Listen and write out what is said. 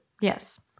Yes